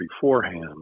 beforehand